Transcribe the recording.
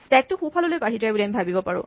স্টেকটো সোঁফাললৈ বাঢ়ি যায় বুলি আমি ভাৱিব পাৰো